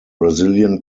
brazilian